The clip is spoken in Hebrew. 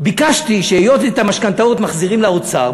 ביקשתי שהיות שאת המשכנתאות מחזירים לאוצר,